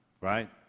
right